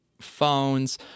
phones